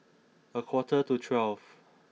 a quarter to twelve